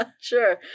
Sure